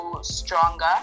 stronger